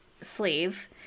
sleeve